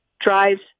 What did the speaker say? drives